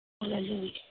Hallelujah